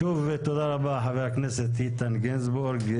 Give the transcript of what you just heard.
שוב תודה רבה, חבר הכנסת איתן גינזבורג.